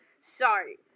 sorry